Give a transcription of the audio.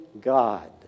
God